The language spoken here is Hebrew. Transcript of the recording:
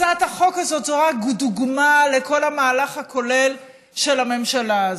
הצעת החוק הזאת זו רק דוגמה לכל המהלך הכולל של הממשלה הזאת.